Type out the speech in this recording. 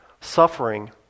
Suffering